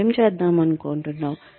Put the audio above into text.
నువ్వేమి చేద్దామనుకుంటున్నావు